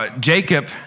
Jacob